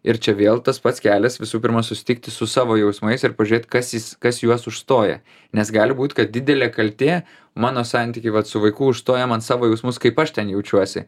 ir čia vėl tas pats kelias visų pirma susitikti su savo jausmais ir pažiūrėt kas jis kas juos užstoja nes gali būt kad didelė kaltė mano santykiai vat su vaiku užstoja man savo jausmus kaip aš ten jaučiuosi